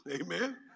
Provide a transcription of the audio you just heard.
Amen